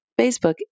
Facebook